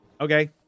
Okay